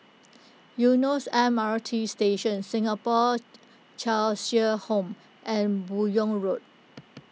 Eunos M R T Station Singapore Cheshire Home and Buyong Road